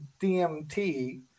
DMT